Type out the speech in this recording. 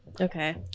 Okay